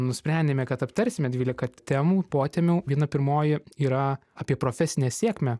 nusprendėme kad aptarsime dvylika temų potemių viena pirmoji yra apie profesinę sėkmę